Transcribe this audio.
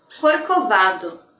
Corcovado